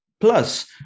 Plus